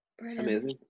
amazing